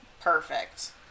Perfect